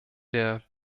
der